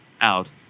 out